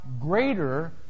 greater